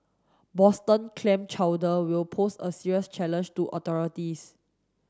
Boston clam chowder will pose a serious challenge to authorities